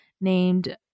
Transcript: named